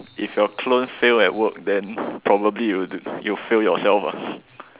if your clone fail at work then probably you will you will fail yourself lah